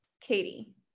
Katie